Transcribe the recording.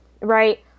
right